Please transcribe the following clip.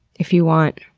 if you want.